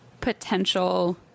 potential